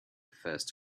first